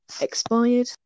expired